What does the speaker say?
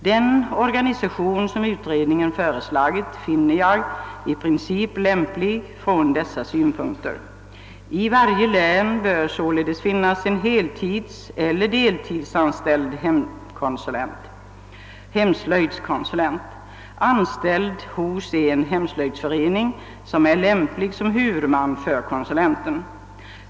Den organisation som utredningen föreslagit finner jag i princip lämplig från dessa synpunkter. I varje län bör sålunda finnas en heltidseller deltidsanställd hemslöjdskonsulent anställd hos en hemslöjdsförening, som är lämplig som huvudman för konsulenten.